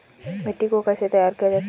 मिट्टी को कैसे तैयार किया जाता है?